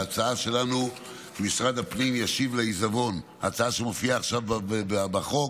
ההצעה שלנו, ההצעה שמופיעה עכשיו בחוק: